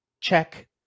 check